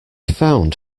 found